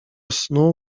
snu